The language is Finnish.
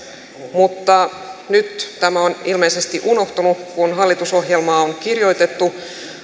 mutta nyt tämä on ilmeisesti unohtunut kun hallitusohjelmaa on kirjoitettu